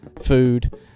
food